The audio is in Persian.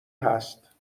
هست